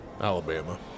Alabama